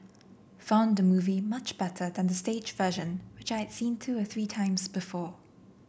found the movie much better than the stage version which I had seen two or three times before